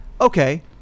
okay